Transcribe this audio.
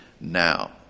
now